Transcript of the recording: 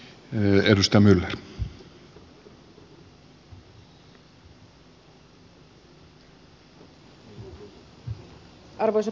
arvoisa puhemies